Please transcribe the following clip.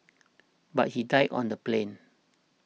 but he died on the plane